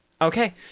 Okay